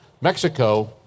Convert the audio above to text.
Mexico